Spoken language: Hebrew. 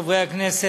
חברי הכנסת,